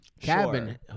cabin